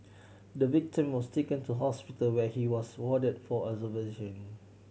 the victim was taken to hospital where he was warded for observation